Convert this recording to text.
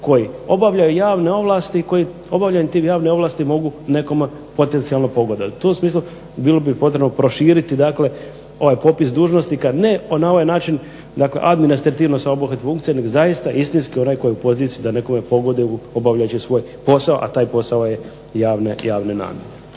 koji obavljaju javne ovlasti, koji obavljanjem tih javnih ovlasti mogu nekome potencijalno pogodovati. To u smislu bilo bi potrebno proširiti, dakle ovaj popis dužnosnika ne na ovaj način dakle administrativno samo obuhvatiti funkcije, nego zaista istinski onaj tko je u poziciji da nekome pogoduju obavljajući svoj posao, a taj posao je javne namjere.